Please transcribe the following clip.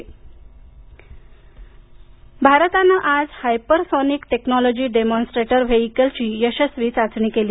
DRDO भारतानं आज hypersonic technology demonstrator व्हेईकलची यशस्वी चाचणी केली